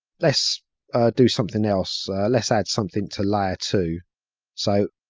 less do something else, less add something to layer two so,